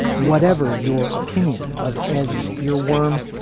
whatever your opinion of ed's earworm,